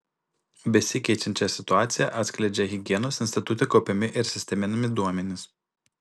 besikeičiančią situaciją atskleidžia higienos institute kaupiami ir sisteminami duomenys